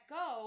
go